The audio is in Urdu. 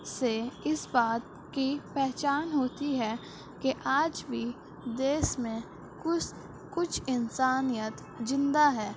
سے اس بات کی پہچان ہوتی ہے کہ آج بھی دیش میں کچھ کچھ انسانیت زندہ ہے